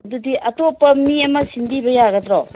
ꯑꯗꯨꯗꯤ ꯑꯇꯣꯞꯄ ꯃꯤ ꯑꯃ ꯁꯤꯟꯕꯤꯕ ꯌꯥꯒꯗ꯭ꯔꯣ